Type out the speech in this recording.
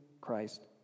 Christ